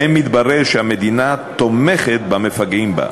שבהם מתברר שהמדינה תומכת במפגעים בה.